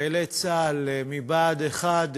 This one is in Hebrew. חיילי צה"ל מבה"ד 1,